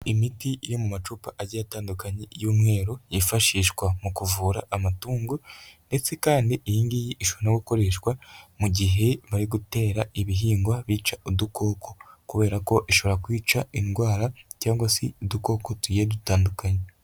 Imiti iri mu macupa agiye atandukanye y'umweru, yifashishwa mu kuvura amatungo ndetse kandi iyi ngiyi ishobora no gukoreshwa mu gihe bari gutera ibihingwa bica udukoko kubera ko ishobora kwica indwara cyangwa se udukoko tugiye dutandukanye.